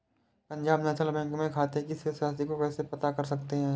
Punjab National Bank में खाते की शेष राशि को कैसे पता कर सकते हैं?